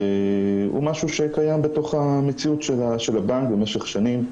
שהוא משהו שקיים בתוך המציאות של הבנק במשך שנים.